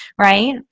right